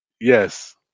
yes